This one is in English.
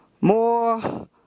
more